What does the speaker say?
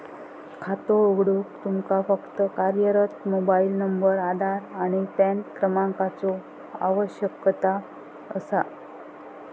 खातो उघडूक तुमका फक्त कार्यरत मोबाइल नंबर, आधार आणि पॅन क्रमांकाचो आवश्यकता असा